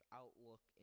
outlook